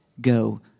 go